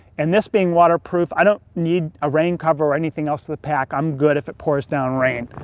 and this being waterproof, i don't need a rain cover or anything else for the pack. i'm good if it pours down rain.